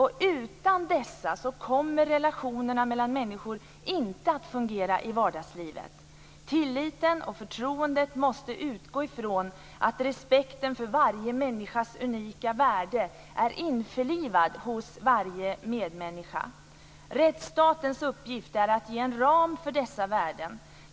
Utan dessa kommer relationerna mellan människor inte att fungera i vardagslivet. Tilliten och förtroendet måste utgå ifrån att respekten för varje människas unika värde är införlivad hos varje medmänniska. Rättsstatens uppgift är att ge en ram för dessa värden.